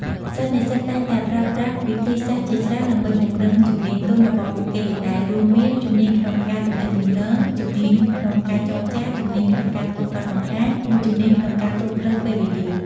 សិស្សនិស្សិតតែងតែប្រើប្រាស់វិធីសាស្រ្តជាច្រើនដើម្បីពង្រឹងជំនាញទន់របស់ពួកគេ ដែលរួមមាន ជំនាញក្នុងការទំនាក់ទំនង, ជំនាញក្នុងការចរចា, ជំនាញក្នុងការធ្វើបទបង្ហាញ និងជំនាញក្នុងការគ្រប់គ្រងពេលវេលា។